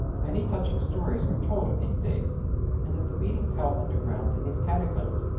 many touching stories are told of these days and of the meetings held underground in these catacombs,